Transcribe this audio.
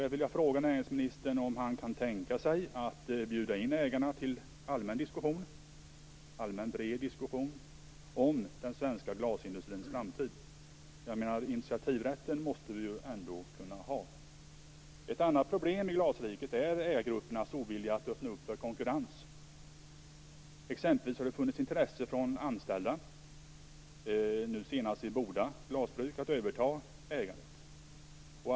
Jag vill fråga näringsministern om han kan tänka sig att bjuda in ägarna till en allmän och bred diskussion om den svenska glasindustrins framtid. Initiativrätten måste vi ändå kunna ha. Ett annat problem i glasriket är ägargruppens ovilja att öppna för konkurrens. Det har t.ex. funnits intresse från de anställda, nu senast vid Boda glasbruk, att överta ägandet.